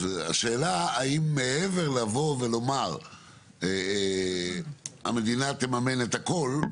אז השאלה אם מעבר לבוא ולומר המדינה תממן את הכל,